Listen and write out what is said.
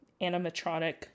animatronic